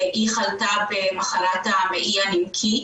והיא חלתה במחלת המעי הנמקי,